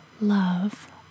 love